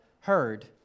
heard